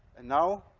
and now